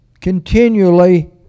continually